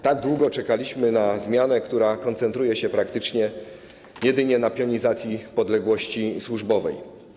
Tak długo czekaliśmy na zmianę, która koncentruje się praktycznie jedynie na pionizacji podległości służbowej.